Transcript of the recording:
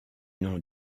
nom